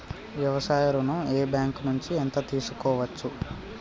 వ్యవసాయ ఋణం ఏ బ్యాంక్ నుంచి ఎంత తీసుకోవచ్చు?